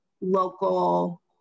local